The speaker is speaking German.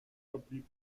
verblieb